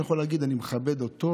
אני יכול להגיד: אני מכבד אותו,